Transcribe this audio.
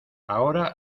ahora